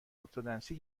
ارتدنسی